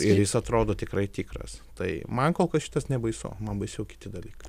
ir jis atrodo tikrai tikras tai man kol kas šitas nebaisu man baisiau kiti dalykai